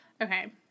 okay